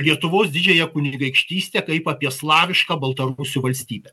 lietuvos didžiąją kunigaikštystę kaip apie slavišką baltarusių valstybę